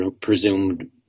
presumed